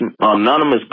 anonymous